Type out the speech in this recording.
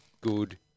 good